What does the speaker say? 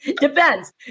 Depends